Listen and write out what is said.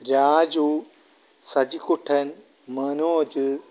രാജൂ സജിക്കുട്ടന് മനോജ്